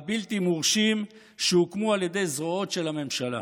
הבלתי-מורשים" שהוקמו על ידי זרועות של הממשלה.